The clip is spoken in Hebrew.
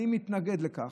אני מתנגד לכך.